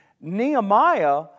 Nehemiah